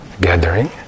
gathering